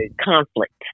conflict